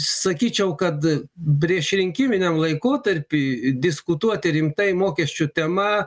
sakyčiau kad priešrinkiminiam laikotarpy diskutuoti rimtai mokesčių tema